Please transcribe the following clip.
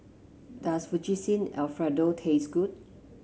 does Fettuccine Alfredo taste good